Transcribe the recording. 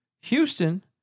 Houston